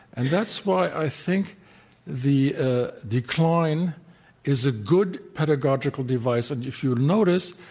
and that's why i think the ah decline is a good pedagogical device. and if you'll notice,